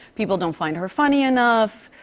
people don't find her funny enough.